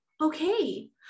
Okay